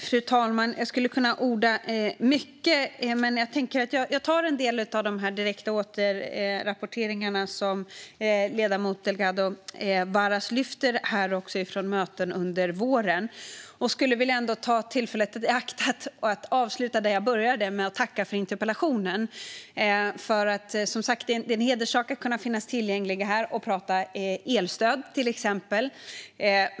Fru talman! Jag skulle kunna orda om mycket, men jag tänker att jag tar en del av de direkta återrapporteringar från möten under våren som ledamoten Delgado Varas tar upp här. Jag skulle vilja ta tillfället i akt och avsluta där jag började genom att tacka för interpellationen. Det är som sagt en hederssak att finnas tillgänglig här och prata till exempel elstöd.